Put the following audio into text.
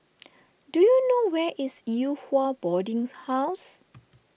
do you know where is Yew Hua Boarding's House